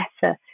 better